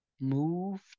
move